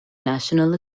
national